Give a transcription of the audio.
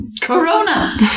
Corona